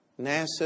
NASA